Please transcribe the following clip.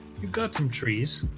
got some trees